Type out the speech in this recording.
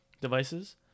devices